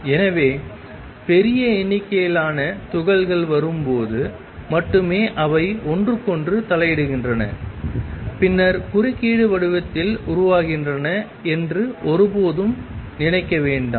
எனவே பெரிய எண்ணிக்கையிலான துகள்கள் வரும்போது மட்டுமே அவை ஒன்றுக்கொன்று தலையிடுகின்றன பின்னர் குறுக்கீடு வடிவத்தில் உருவாகின்றன என்று ஒருபோதும் நினைக்க வேண்டாம்